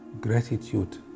gratitude